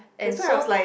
and so